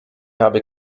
habe